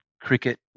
cricket